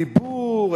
דיבור,